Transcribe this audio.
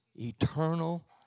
eternal